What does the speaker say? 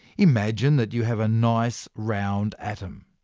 imagine that you have a nice round atom.